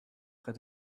près